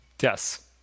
Yes